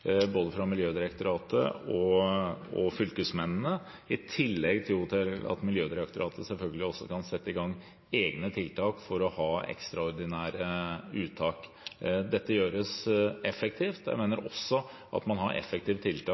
både hos Miljødirektoratet og hos fylkesmennene, i tillegg til at Miljødirektoratet selvfølgelig også kan sette i gang egne tiltak for å ha ekstraordinære uttak. Dette gjøres effektivt. Jeg mener også at man har effektive tiltak